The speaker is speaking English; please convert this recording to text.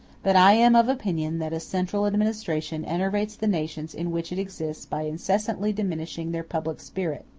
but i am of opinion that a central administration enervates the nations in which it exists by incessantly diminishing their public spirit.